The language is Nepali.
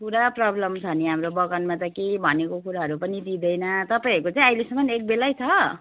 पुरा प्रबल्म छ नि हाम्रो बगानमा त केही भनेको कुराहरू पनि दिँदैन तपाईँहरूको चाहिँ अहिलेसम्म एक बेलै छ